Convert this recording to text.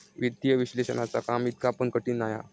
वित्तीय विश्लेषणाचा काम इतका पण कठीण नाय हा